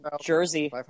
Jersey